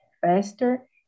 faster